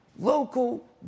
Local